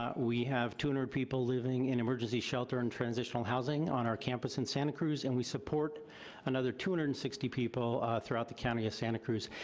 ah we have two hundred people living in emergency shelter and transitional housing on our campus in santa cruz and we support another two hundred and sixty people throughout the county of santa cruz.